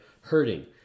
hurting